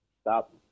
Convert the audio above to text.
stop